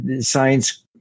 science